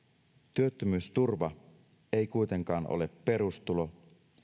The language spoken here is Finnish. työttömyysturva ei kuitenkaan ole perustulo